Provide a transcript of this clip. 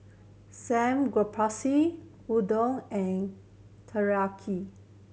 Samgyeopsal Udon and Teriyaki